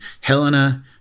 Helena